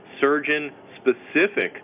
surgeon-specific